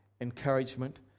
encouragement